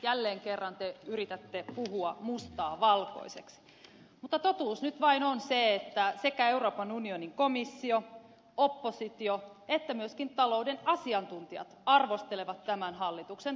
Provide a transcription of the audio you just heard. jälleen kerran te yritätte puhua mustaa valkoiseksi mutta totuus nyt vain on se että sekä euroopan unionin komissio oppositio että myöskin talouden asiantuntijat arvostelevat tämän hallituksen talouspolitiikkaa